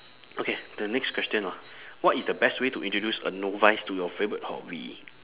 okay the next question ah what is the best way to introduce a novice to your favorite hobby